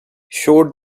showed